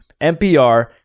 NPR